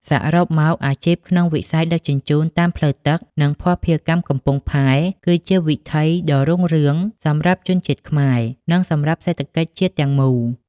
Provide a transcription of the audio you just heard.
សរុបមក អាជីពក្នុងវិស័យដឹកជញ្ជូនតាមផ្លូវទឹក និងភស្តុភារកម្មកំពង់ផែ គឺជាវិថីដ៏រុងរឿងសម្រាប់ជនជាតិខ្មែរ និងសម្រាប់សេដ្ឋកិច្ចជាតិទាំងមូល។